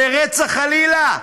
לרצח, חלילה?